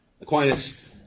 Aquinas